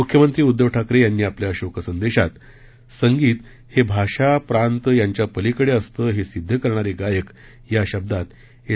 मुख्यमंत्री उद्धव ठाकरे यांनी आपल्या शोकसंदेशात संगीत ही भाषा प्रांत यांच्या पलिकडे असतं हे सिद्ध करणारे गायक या शब्दांत एस